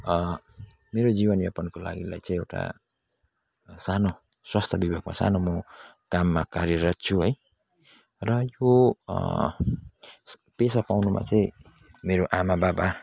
मेरो जीवनयापनको लागिलाई चाहिँ एउटा सानो स्वास्थ विभागमा सानो म काममा कार्यरत छु है र यो पेसा पेसा पाउनुमा चाहिँ मेरो आमा बाबा